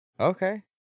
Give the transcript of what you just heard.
Okay